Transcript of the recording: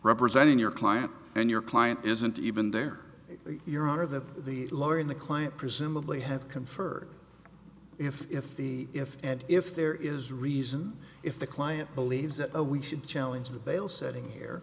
representing your client and your client isn't even there your honor that the lawyer in the client presumably have conferred if if the if and if there is reason if the client believes that we should challenge the bail setting here